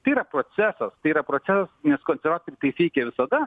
tai yra procesas tai yra procesas nes konsorciumai tai teikia visada